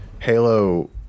Halo